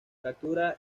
captura